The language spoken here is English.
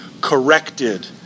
corrected